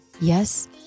Yes